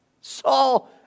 Saul